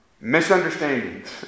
misunderstandings